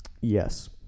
Yes